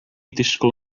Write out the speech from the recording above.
disgwyl